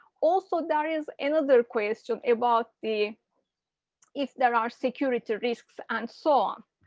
also, there is another question about the if there are security risks and so on.